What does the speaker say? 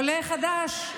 עולה חדש,